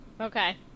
okay